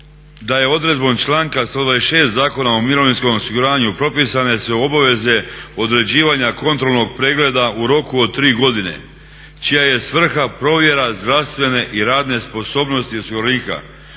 da je odredbom članka 126. Zakona o mirovinskom osiguranju propisane su obaveze odrađivanja kontrolnog pregleda u roku od 3 godine čija je svrha provjera zdravstvene i radne sposobnosti osiguranika.